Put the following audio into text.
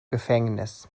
gefängnis